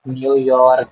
New York